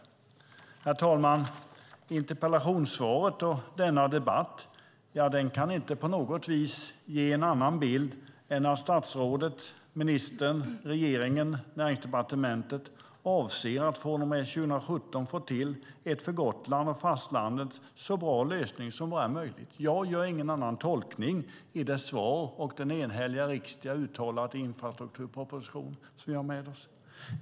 Herr talman! Interpellationssvaret och denna debatt kan inte på något vis ge en annan bild än att ministern, regeringen och Näringsdepartementet avser att från och med 2017 få till en för Gotland och fastlandet så bra lösning som möjligt. Jag gör ingen annan tolkning av interpellationssvaret och det enhälliga ställningstagandet till infrastrukturpropositionen.